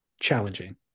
challenging